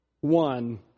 One